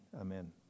Amen